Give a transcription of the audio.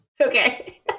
Okay